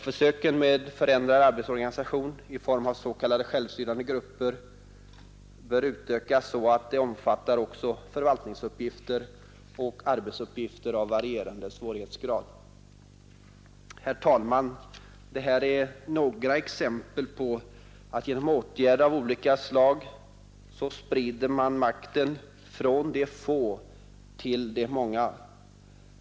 Försöken med förändrad arbetsorganisation i form av s.k. självstyrande grupper bör utökas så att de omfattar också förvaltningsuppgifter och arbetsuppgifter av varierande svårighetsgrad. Herr talman! Det här är några exempel på att man genom åtgärder av olika slag sprider makten från de få till de många.